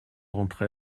d’entre